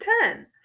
ten